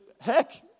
heck